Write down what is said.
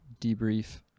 debrief